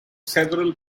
several